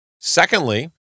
Secondly